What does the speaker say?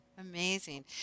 Amazing